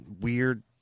weird